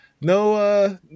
No